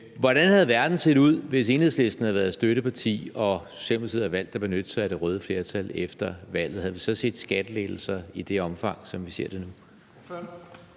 Hvordan havde verden set ud, hvis Enhedslisten havde været støtteparti og Socialdemokratiet havde valgt at benytte sig af det røde flertal efter valget? Havde vi så set skattelettelser i det omfang, som vi ser det nu?